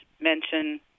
mention